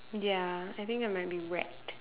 ya I think I might be wrecked